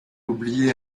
oublié